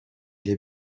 les